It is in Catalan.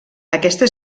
aquesta